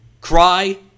cry